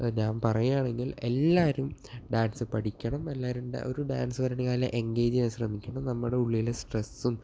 ഞാൻ പറയുകയാണെങ്കിൽ എല്ലാവരും ഡാൻസ് പഠിക്കണം എല്ലാവരും ഒരു ഡാൻസിലെങ്കിലും എൻഗേജ് ചെയ്യാൻ ശ്രമിക്കണം നമ്മുടെ ഉള്ളിലെ സ്ട്രെസും